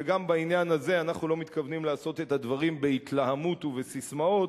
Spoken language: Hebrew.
וגם בעניין הזה אנחנו לא מתכוונים לעשות את הדברים בהתלהמות ובססמאות,